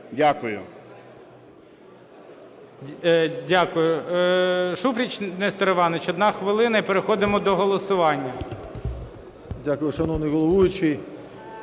Дякую.